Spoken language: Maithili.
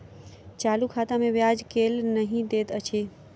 चालू खाता मे ब्याज केल नहि दैत अछि